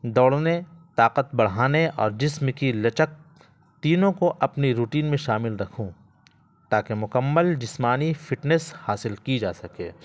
دوڑنے طاقت بڑھانے اور جسم کی لچک تینوں کو اپنی روٹین میں شامل رکھوں تاکہ مکمل جسمانی فٹنیس حاصل کی جا سکے